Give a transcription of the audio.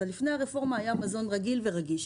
לפני הרפורמה היה מזון רגיל ורגיש.